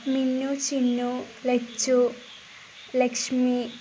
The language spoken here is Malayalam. മിന്നു ചിന്നു ലച്ചു ലക്ഷ്മി